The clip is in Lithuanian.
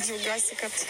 džiaugiuosi kad